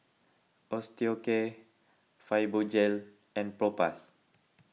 Osteocare Fibogel and Propass